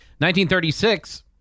1936